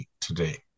today